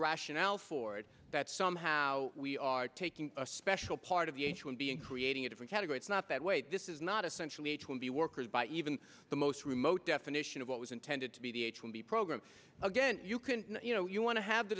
rationale for it that somehow we are taking a special part of the h one b and creating a different category it's not that way this is not essentially h one b workers by even the most remote definition of what was intended to be the h one b program again you can you know you want to have the